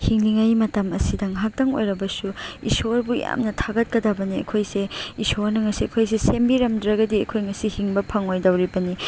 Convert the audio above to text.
ꯍꯤꯡꯂꯤꯉꯩ ꯃꯇꯝ ꯑꯁꯤꯗ ꯉꯥꯏꯍꯥꯛꯇꯪ ꯑꯣꯏꯔꯕꯁꯨ ꯏꯁꯣꯔꯕꯨ ꯌꯥꯝꯅ ꯊꯥꯒꯠꯀꯗꯕꯅꯦ ꯑꯩꯈꯣꯏꯁꯦ ꯏꯁꯣꯔꯅ ꯉꯥꯁꯤ ꯑꯩꯈꯣꯏꯁꯦ ꯁꯦꯝꯕꯤꯔꯝꯗ꯭ꯔꯒꯗꯤ ꯑꯩꯈꯣꯏ ꯉꯁꯤ ꯍꯤꯡꯕ ꯐꯪꯉꯣꯏꯗꯧꯔꯤꯕꯅꯤ